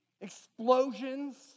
explosions